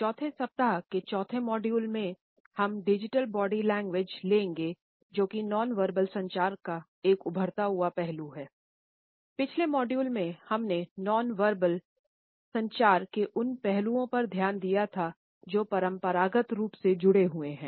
चौथे सप्ताह के चौथे मॉड्यूल में हम डिजिटल बॉडी लैंग्वेज संचार के उन पहलुओं पर ध्यान दिया था जो परंपरागत रूप से जुड़े हुए हैं